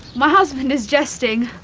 my husband is jesting!